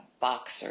boxer